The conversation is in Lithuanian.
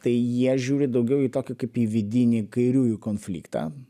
tai jie žiūri daugiau į tokį kaip į vidinį kairiųjų konfliktą